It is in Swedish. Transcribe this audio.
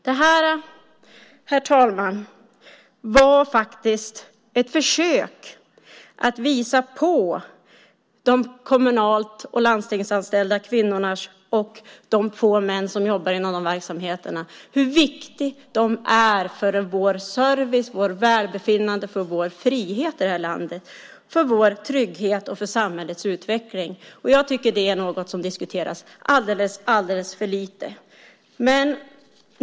Detta, herr talman, var ett försök att visa på hur viktiga de kommunal och lanstingsanställda kvinnorna och de få männen inom dessa verksamheter är för vår service, vårt välbefinnande, vår frihet, vår trygghet och för samhällets utveckling. Jag tycker att detta är något som diskuteras alldeles för lite.